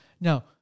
Now